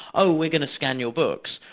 oh, we're going to scan your books',